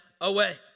away